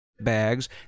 Bags